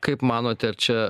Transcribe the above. kaip manote ar čia